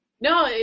No